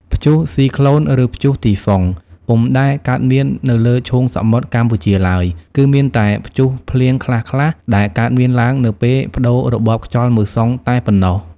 ព្យុះស៊ីក្លូន ឬព្យុះទីហ្វុង ពុំដែលកើតមាននៅលើឈូងសមុទ្រកម្ពុជាឡើយ គឺមានតែព្យុះភ្លៀងខ្លះៗ ដែលកើតមានឡើងនៅពេលប្តូររបបខ្យល់មូសុងតែប៉ុណ្ណោះ។